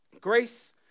grace